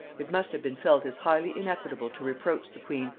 it must have been felt as highly inequitable to reproach the queen,